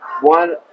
one